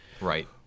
Right